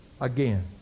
again